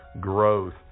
growth